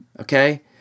okay